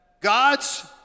God's